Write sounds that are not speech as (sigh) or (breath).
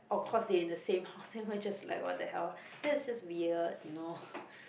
oh cause they in the same house then I was just like what the hell (breath) that is just weird you know (breath)